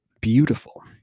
beautiful